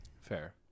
Fair